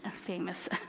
famous